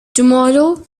tomorrow